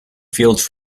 fields